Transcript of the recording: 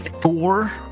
Four